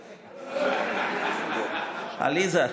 עליזה,